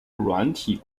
软体